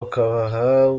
ukabaha